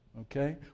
Okay